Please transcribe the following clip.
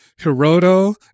Hiroto